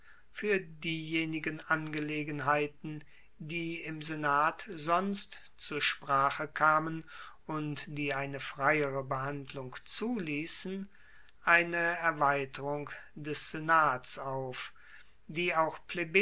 fuer diejenigen angelegenheiten die im senat sonst zur sprache kamen und die eine freiere behandlung zuliessen eine erweiterung des senats auf die auch